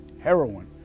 heroin